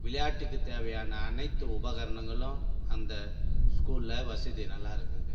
விளையாட்டுக்கு தேவையான அனைத்து உபகரணங்களும் அந்த ஸ்கூலில் வசதி நல்லாருக்குது